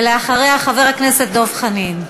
אחריה, חבר הכנסת דב חנין.